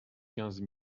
quinze